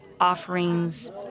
offerings